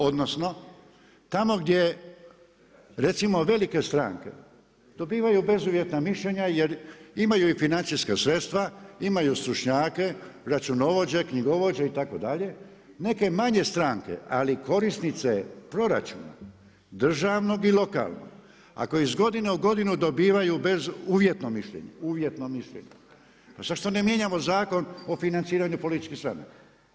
Odnosno, tamo gdje recimo velike stranke dobivaju bezuvjetna mišljenja jer imaju financijska sredstva, imaju stručnjake, računovođe, knjigovođe, itd. neke manje stranke, ali korisnice proračuna, državnog i lokalnog, ako iz godine u godinu bezuvjetno mišljenje, uvjetno mišljenje, pa zašto ne mijenjamo Zakon o financiranju političkih stranaka.